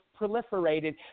proliferated